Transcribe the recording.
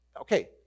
Okay